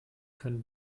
können